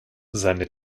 seine